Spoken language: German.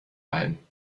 ein